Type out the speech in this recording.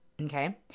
Okay